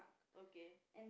okay